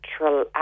natural